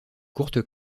courte